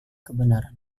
kebenaran